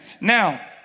now